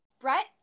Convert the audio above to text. Brett